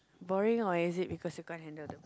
boring or is it because you can't handle the